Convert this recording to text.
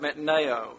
metneo